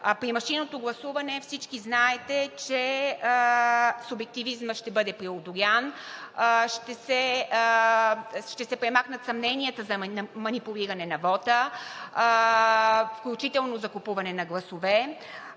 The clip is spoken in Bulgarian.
При машинното гласуване всички знаете, че субективизмът ще бъде преодолян, ще се премахнат съмненията за манипулиране на вота, включително за купуване на гласове,